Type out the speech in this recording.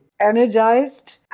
energized